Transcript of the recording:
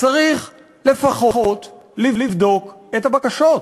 צריך לפחות לבדוק את הבקשות,